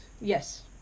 Yes